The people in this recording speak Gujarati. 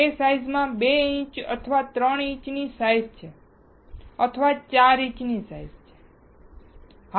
તે સાઈઝમાં 2 ઇંચ છે અથવા તે 3 ઇંચની સાઈઝ છે અથવા તેની સાઈઝ 4 ઇંચ છે